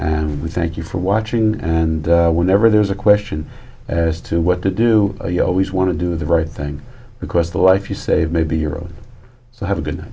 we thank you for watching and whenever there's a question as to what to do you always want to do the right thing because the life you save may be your own so have a good